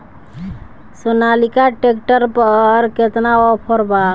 Sonalika tractor पर केतना offer बा?